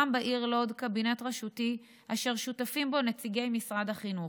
הוקם בעיר לוד קבינט רשותי אשר שותפים בו נציגי משרד החינוך.